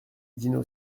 dino